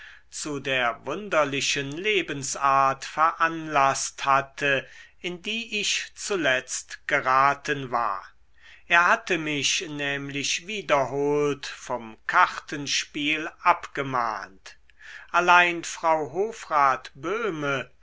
zu der wunderlichen lebensart veranlaßt hatte in die ich zuletzt geraten war er hatte mich nämlich wiederholt vom kartenspiel abgemahnt allein frau hofrat böhme